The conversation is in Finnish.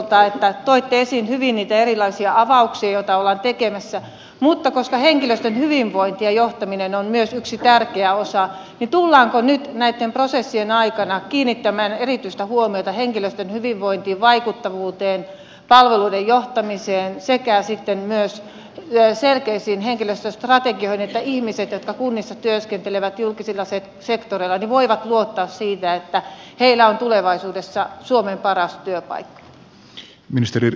toitte hyvin esiin niitä erilaisia avauksia joita ollaan tekemässä mutta koska myös henkilöstön hyvinvointi ja johtaminen on yksi tärkeä osa niin tullaanko nyt näitten prosessien aikana kiinnittämään erityistä huomiota henkilöstön hyvinvointiin vaikuttavuuteen palveluiden johtamiseen sekä sitten myös selkeisiin henkilöstöstrategioihin että ihmiset jotka kunnissa työskentelevät julkisilla sektoreilla voivat luottaa siihen että heillä on tulevaisuudessa suomen paras työpaikka